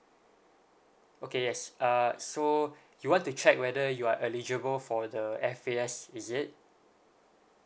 okay yes uh so you want to check whether you are eligible for the F_A_S is it